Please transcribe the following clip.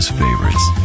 favorites